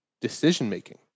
decision-making